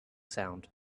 sound